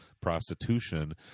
prostitution